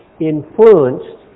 influenced